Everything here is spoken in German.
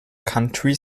county